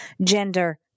gender